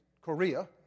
Korea